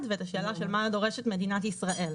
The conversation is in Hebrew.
ואת השאלה של מה שדורשת מדינת ישראל.